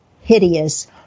hideous